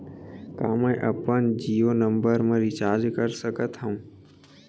का मैं अपन जीयो नंबर म रिचार्ज कर सकथव?